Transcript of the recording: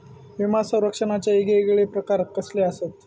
विमा सौरक्षणाचे येगयेगळे प्रकार कसले आसत?